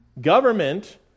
Government